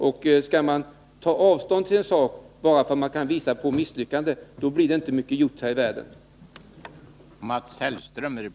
Om man skulle ta avstånd från en verksamhet bara för att man kan påvisa misslyckanden, då skulle det inte bli mycket gjort här i världen.